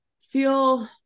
feel